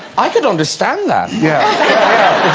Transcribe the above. i could understand that yeah